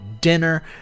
dinner